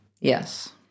Yes